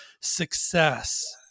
success